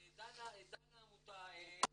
דנה עמותה,